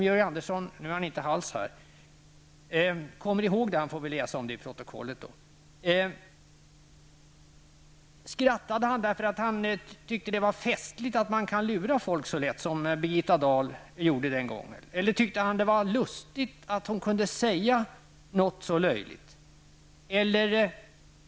Skrattade han för att han tyckte att det var festligt att man kan lura folk så lätt som Birgitta Dahl gjorde den gången? Eller tyckte han att det var lustigt att hon kunde säga något så löjligt?